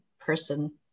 person